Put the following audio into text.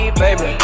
baby